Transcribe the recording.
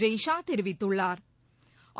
ஜெய்ஷா தெரிவித்துள்ளாா்